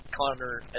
Connor